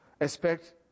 expect